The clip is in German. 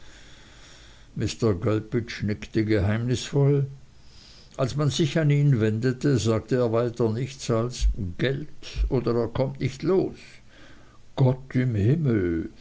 mr gulpidge nickte geheimnisvoll als man sich an ihn wendete sagte er weiter nichts als geld oder er kommt nicht los gott im himmel